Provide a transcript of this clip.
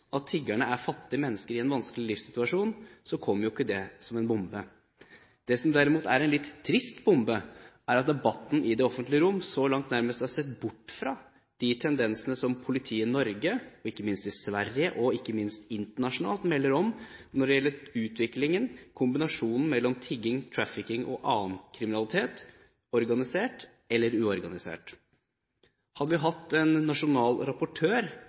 at tiggerne er fattige mennesker i en vanskelig livssituasjon, kommer jo ikke det som en bombe. Det som derimot er en litt trist bombe, er at debatten i det offentlige rom så langt nærmest har sett bort fra de tendensene som politiet i Norge, og ikke minst i Sverige og internasjonalt, melder om når det gjelder utviklingen og kombinasjonen mellom tigging, trafficking og annen kriminalitet, organisert eller uorganisert. Hadde vi hatt en nasjonal rapportør